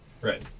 Right